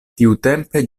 tiutempe